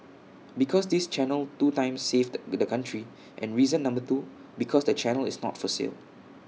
because this channel two times saved the country and reason number two because the channel is not for sale